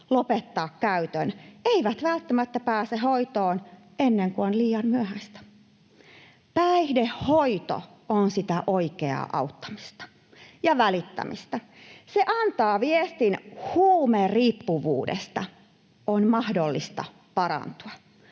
lopettaa käytön, eivät välttämättä pääse hoitoon ennen kuin on liian myöhäistä. Päihdehoito on sitä oikeaa auttamista ja välittämistä. Se antaa viestin, että huumeriippuvuudesta on mahdollista parantua.